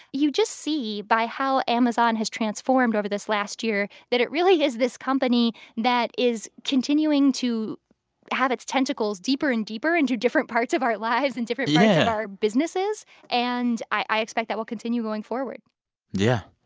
you just see, by how amazon has transformed over this last year, that it really is this company that is continuing to have its tentacles deeper and deeper into different parts of our lives and different yeah our businesses yeah and i expect that will continue going forward yeah.